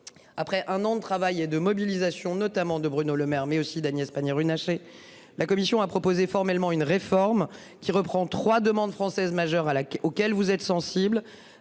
Après un an de travail et de mobilisation notamment de Bruno Lemaire mais aussi d'Agnès Pannier-Runacher. La Commission a proposé formellement une réforme qui reprend trois demandes françaises majeur à la auquel vous êtes sensible